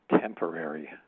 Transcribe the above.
temporary